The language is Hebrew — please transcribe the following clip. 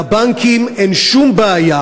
לבנקים אין שום בעיה,